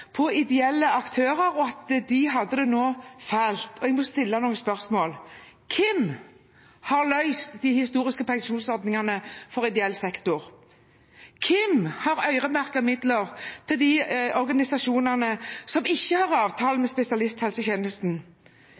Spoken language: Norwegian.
på ideelle aktører og at de nå hadde det fælt: Hvem har løst de historiske pensjonsordningene for ideell sektor? Hvem har øremerket midler til de organisasjonene som ikke har avtale med spesialisthelsetjenesten?